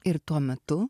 ir tuo metu